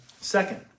Second